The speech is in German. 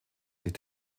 sich